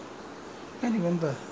during the fifties I can't remember